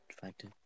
factor